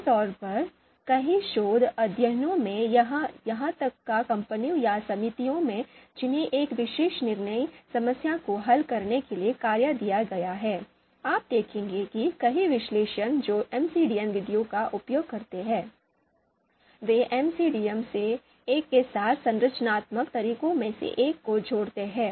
आमतौर पर कई शोध अध्ययनों में या यहां तक कि कंपनियों या समितियों में जिन्हें एक विशेष निर्णय समस्या को हल करने के लिए कार्य दिया गया है आप देखेंगे कि कई विश्लेषक जो एमसीडीएम विधियों का उपयोग करते हैं वे एमसीडीएम में से एक के साथ संरचनात्मक तरीकों में से एक को जोड़ते हैं